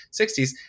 60s